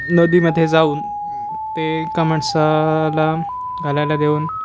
नदीमध्ये जाऊन ते एका माणसाला घालायला देऊन